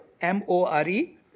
M-O-R-E